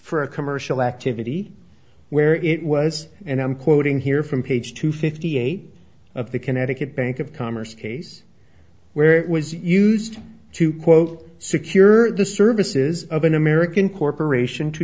for a commercial activity where it was and i'm quoting here from page two fifty eight of the connecticut bank of commerce case where it was used to quote secure the services of an american corporation to